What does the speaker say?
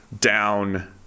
down